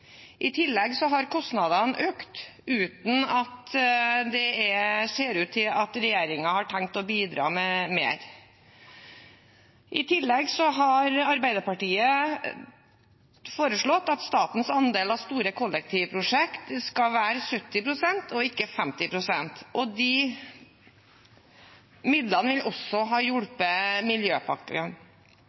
I tillegg har kostnadene økt, uten at det ser ut til at regjeringen har tenkt å bidra med mer. Dessuten har Arbeiderpartiet foreslått at statens andel av store kollektivprosjekter skal være 70 pst., ikke 50 pst., og de midlene ville også ha hjulpet miljøpakken.